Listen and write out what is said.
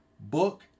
book